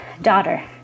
Daughter